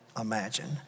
imagine